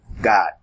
God